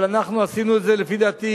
אבל אנחנו עשינו את זה, לפי דעתי,